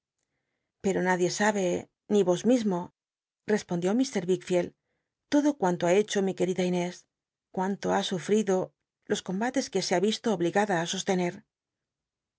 pero nadie sabe ni vos mismo respondió mt wickfield todo cuanto ha hecho mi querida inés eu mto ha sufrido los combates que se ha visto obligada ft sostener